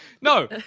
No